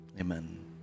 Amen